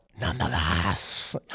nonetheless